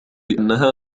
بأنها